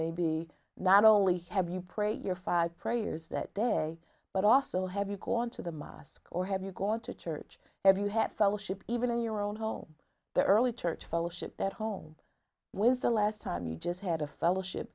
may be not only have you pray your fat prayers that day but also have you gone to the mass or have you gone to church every you have fellowship even in your own home the early church fellowship at home with the last time you just had a fellowship